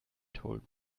told